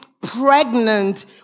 pregnant